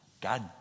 God